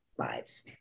lives